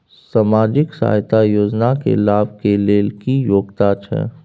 सामाजिक सहायता योजना के लाभ के लेल की योग्यता छै?